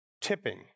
tipping